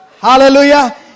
Hallelujah